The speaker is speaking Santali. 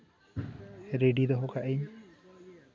ᱨᱮᱰᱤ ᱫᱚᱦᱚ ᱠᱟᱜ ᱤᱧ